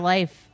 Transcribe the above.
Life